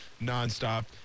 nonstop